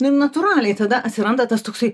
nu ir natūraliai tada atsiranda tas toksai